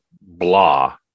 blah